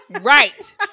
Right